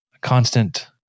Constant